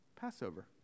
Passover